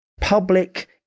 public